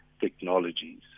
technologies